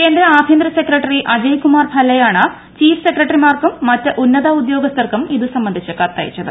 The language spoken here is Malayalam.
കേന്ദ്ര ആഭ്യ്ത്ര സെക്രട്ടറി അജയ്കുമാർ ഭല്ലയാണ് ചീഫ് സെക്രട്ടറിമാർക്കും മറ്റ് ഉദ്യോഗസ്ഥർക്കും ഇതുസംബന്ധിച്ച് കത്തയച്ചത്